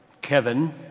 Kevin